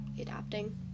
Adapting